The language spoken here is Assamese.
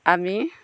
আমি